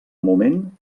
moment